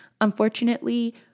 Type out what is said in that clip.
Unfortunately